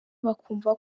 bakumva